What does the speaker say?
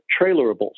trailerables